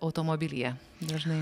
automobilyje dažnai